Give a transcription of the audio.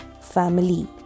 family